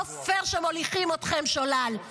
לא פייר שמוליכים אתכם שולל.